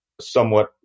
somewhat